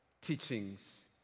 teachings